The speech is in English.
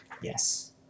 yes